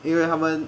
因为他们